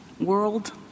world